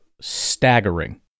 staggering